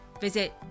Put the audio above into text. visit